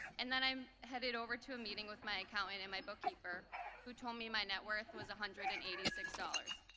and then i um headed over to a meeting with my accountant and my bookkeeper who told me my net worth was one hundred and eighty six dollars.